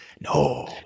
No